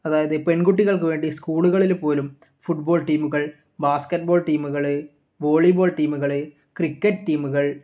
അതായത് പെൺകുട്ടികൾക്ക് വേണ്ടി സ്കൂളുകളിൽ പോലും ഫുട് ബോൾ ടീമുകൾ ബാസ്കറ്റ് ബോൾ ടീമുകൾ വോളി ബോൾ ടീമുകൾ ക്രിക്കറ്റ് ടീമുകൾ